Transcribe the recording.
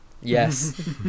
Yes